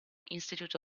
institute